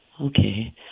Okay